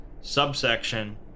subsection